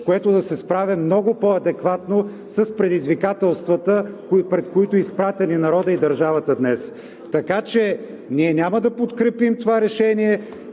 което да се справя много по-адекватно с предизвикателствата, пред които са изправени и народът, и държавата днес. Така че ние няма да подкрепим това решение.